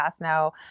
now